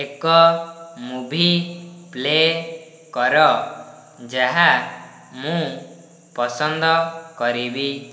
ଏକ movie play କର ଯାହା ମୁଁ ପସନ୍ଦ କରିବି